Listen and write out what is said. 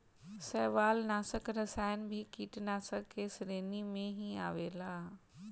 शैवालनाशक रसायन भी कीटनाशाक के श्रेणी में ही आवेला